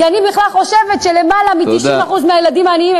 כי אני בכלל חושבת שלמעלה מ-90% מהילדים העניים,